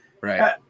Right